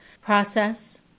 process